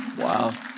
Wow